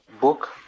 book